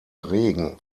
regen